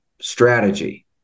strategy